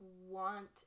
want